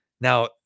Now